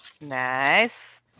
Nice